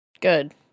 Good